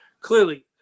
Clearly